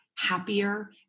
happier